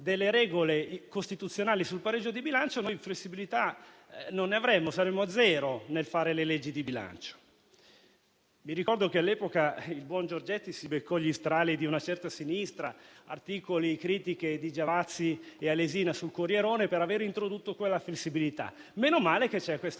delle regole costituzionali sul pareggio di bilancio, noi non avremmo flessibilità, saremmo a zero nel fare le leggi di bilancio. Ricordo che all'epoca il buon Giorgetti si beccò gli strali di una certa sinistra, articoli e critiche di Giavazzi e Alesina sul "Corrierone" per aver introdotto quella flessibilità. Meno male che c'è questa